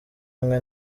imwe